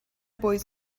boys